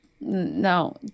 no